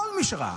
כל מי שראה.